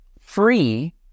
free